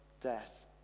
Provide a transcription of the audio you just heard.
death